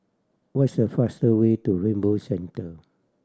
what's the faster way to Rainbow Centre